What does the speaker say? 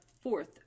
fourth